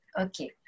Okay